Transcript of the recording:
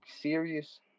serious